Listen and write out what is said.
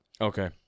Okay